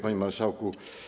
Panie Marszałku!